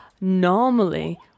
Normally